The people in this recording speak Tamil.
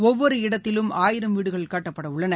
ஒவ்வொரு இடத்திலும் ஆயிரம் வீடுகள் கட்டப்பட உள்ளன